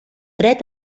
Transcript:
fred